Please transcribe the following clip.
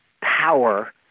power